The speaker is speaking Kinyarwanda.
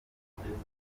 ubuyobozi